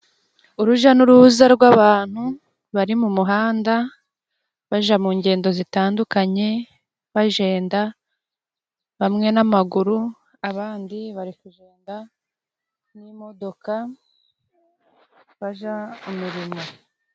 Uruja n'uruza rw'abantu bari mu muhanda baja mu ngendo zitandukanye, bajenda bamwe n'amaguru, abandi bari kujenda n'imodoka baja mu mirimo.